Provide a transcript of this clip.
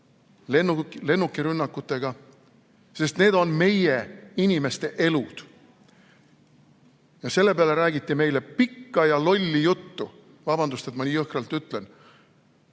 lennukirünnakutega. Sest need on meie inimeste elud. Ja selle peale räägiti meile pikka lolli juttu – vabandust, et ma nii jõhkralt ütlen!